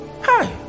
Hi